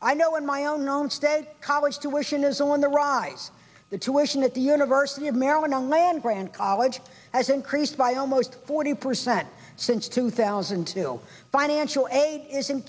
i know in my own own state college tuition is on the rise the tuitions at the university of maryland on land grant college has increased by almost forty percent since two thousand and two financial aid is